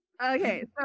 Okay